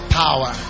power